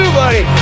buddy